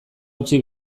utzi